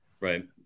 right